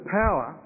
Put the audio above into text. power